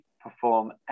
perform